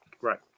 Right